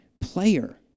player